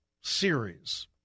series